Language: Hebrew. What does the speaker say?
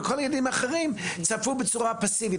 וכל הילדים האחרים צפו בצורה פאסיבית,